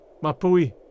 Mapui